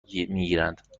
گیرند